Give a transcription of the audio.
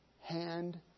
hand